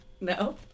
No